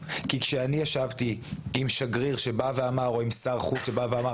לשר הכלכלה ניר ברקת,